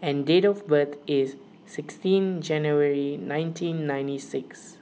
and date of birth is sixteen January nineteen ninety six